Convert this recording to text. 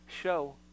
Show